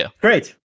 Great